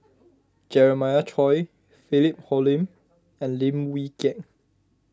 Jeremiah Choy Philip Hoalim and Lim Wee Kiak